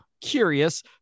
curious